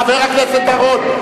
חבר הכנסת בר-און,